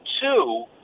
two